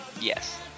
Yes